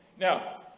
Now